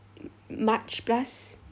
m~ march plus